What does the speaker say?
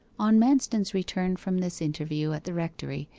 on manston's return from this interview at the rectory,